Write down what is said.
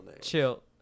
chill